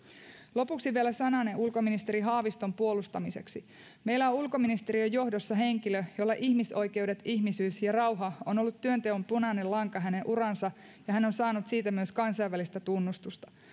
lopuksi vielä sananen ulkoministeri haaviston puolustamiseksi meillä on ulkoministeriön johdossa henkilö jolle ihmisoikeudet ihmisyys ja rauha ovat olleet työnteon punainen lanka hänen uransa ja hän on saanut siitä myös kansainvälistä tunnustusta